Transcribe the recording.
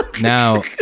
Now